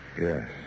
Yes